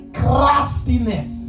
craftiness